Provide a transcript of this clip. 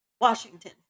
Washington